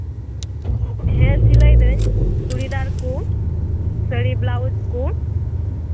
ᱦᱮᱸ ᱥᱤᱞᱟᱹᱭ ᱫᱟᱹᱧ ᱪᱩᱤᱫᱟᱨ ᱠᱚ ᱥᱟᱹᱲᱤ ᱵᱞᱟᱩᱡᱽ ᱠᱚ